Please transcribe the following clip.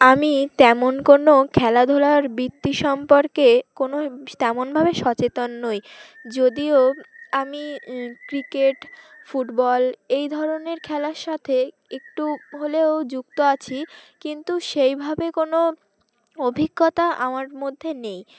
আমি তেমন কোনো খেলাধুলার বৃত্তি সম্পর্কে কোনো তেমনভাবে সচেতন নই যদিও আমি ক্রিকেট ফুটবল এই ধরনের খেলার সাথে একটু হলেও যুক্ত আছি কিন্তু সেইভাবে কোনো অভিজ্ঞতা আমার মধ্যে নেই